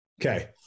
Okay